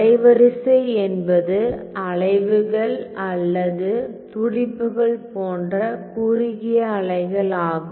அலைவரிசை என்பது அலைவுகள் அல்லது துடிப்புகள் போன்ற குறுகிய அலைகள் ஆகும்